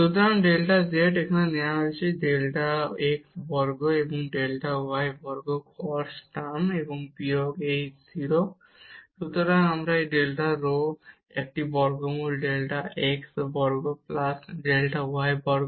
সুতরাং delta z যা এখানে দেওয়া হয়েছে ডেল্টা x বর্গ এবং ডেল্টা y বর্গ cos টার্ম এবং বিয়োগ এই 0 সুতরাং এবং এই ডেল্টা রো হল একটি বর্গমূল ডেল্টা x বর্গ প্লাস ডেল্টা y বর্গ